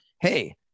hey